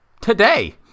today